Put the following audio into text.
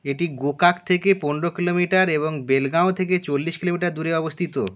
এটি গোকাক থেকে পনেরো কিলোমিটার এবং বেলগাঁও থেকে চল্লিশ কিলোমিটার দূরে অবস্থিত